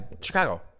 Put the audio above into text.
Chicago